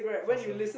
for sure